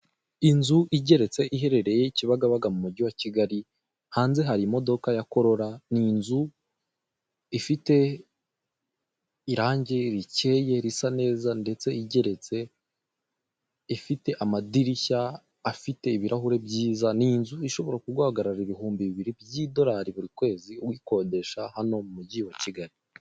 Inzu igeretse iherereye kibagabaga mu mujyi wa kigali, hanze hari imodoka ya corola. Ni inzu ifite irangi rikeye risa neza ndetse igeretse, ifite amadirishya afite ibirahuri byiza. Ni inzu ishobora kuguhagarara ibihumbi bibiri by'idolari buri kwezi uyikodesha hano mu mujyi wa Kigali.